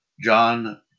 John